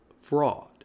fraud